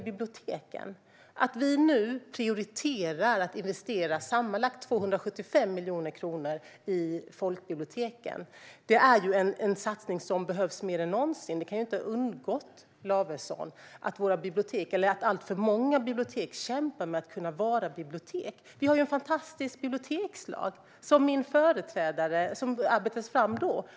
Vi prioriterar att investera sammanlagt 275 miljoner kronor i folkbiblioteken. Det är en satsning som behövs mer än någonsin. Det kan inte ha undgått Olof Lavesson att alltför många bibliotek kämpar för att kunna vara bibliotek. Vi har en fantastisk bibliotekslag, som arbetades fram under min företrädare.